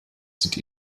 sind